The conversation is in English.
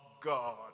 God